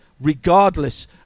regardless